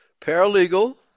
paralegal